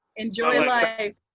enjoy life.